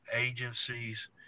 agencies